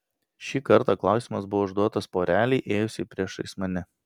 ši kartą klausimas buvo užduotas porelei ėjusiai priešais mane